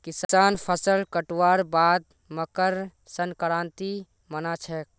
किसान फसल कटवार बाद मकर संक्रांति मना छेक